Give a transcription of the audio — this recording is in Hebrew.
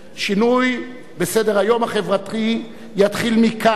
שינוי בסדר-היום החברתי יתחיל מכאן,